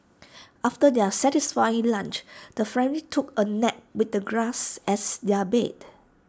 after their satisfying lunch the family took A nap with the grass as their bed